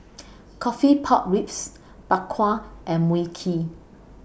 Coffee Pork Ribs Bak Kwa and Mui Kee